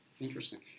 Interesting